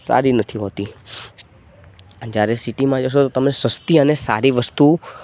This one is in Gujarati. સારી નથી હોતી અને જ્યારે સિટિમાં જશો તો તમે સસ્તી અને સારી વસ્તુ